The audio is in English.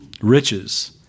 riches